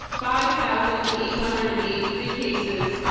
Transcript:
five thousand eight hundred and eighty three cases.